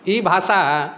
ई भाषा